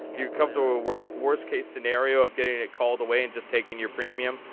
you're comfortable with worst case scenario of getting it called away and just taking your premium,